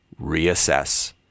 reassess